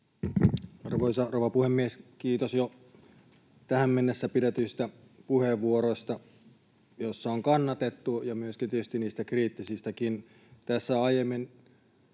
Arvoisa rouva puhemies! Kiitos jo tähän mennessä pidetyistä puheenvuoroista, joissa on kannatettu, ja myöskin tietysti niistä kriittisistäkin. Tässä aiemmin